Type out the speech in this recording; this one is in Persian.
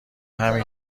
همین